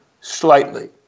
Slightly